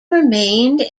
remained